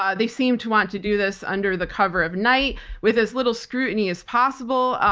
um they seem to want to do this under the cover of night with as little scrutiny as possible.